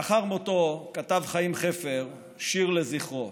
לאחר מותו כתב חיים חפר שיר לזכרו,